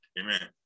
amen